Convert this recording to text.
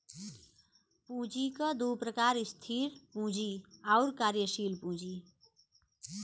पूँजी क दू प्रकार स्थिर पूँजी आउर कार्यशील पूँजी